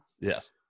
Yes